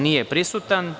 Nije prisutan.